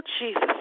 Jesus